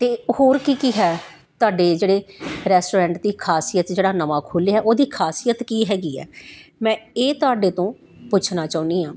ਅਤੇ ਹੋਰ ਕੀ ਕੀ ਹੈ ਤੁਹਾਡੇ ਜਿਹੜੇ ਰੈਸਟੋਰੈਂਟ ਦੀ ਖਾਸੀਅਤ ਜਿਹੜਾ ਨਵਾਂ ਖੋਲਿਆ ਉਹਦੀ ਖਾਸੀਅਤ ਕੀ ਹੈਗੀ ਹੈ ਮੈਂ ਇਹ ਤੁਹਾਡੇ ਤੋਂ ਪੁੱਛਣਾ ਚਾਹੁੰਦੀ ਹਾਂ